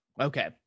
Okay